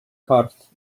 corff